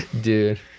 dude